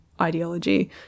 ideology